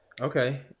Okay